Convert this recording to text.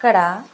ఇక్కడ